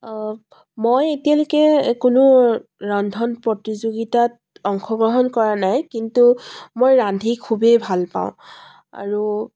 মই এতিয়ালৈকে কোনো ৰন্ধন প্ৰতিযোগিতাত অংশগ্ৰহণ কৰা নাই কিন্তু মই ৰান্ধি খুবেই ভাল পাওঁ আৰু